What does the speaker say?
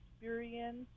experience